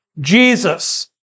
Jesus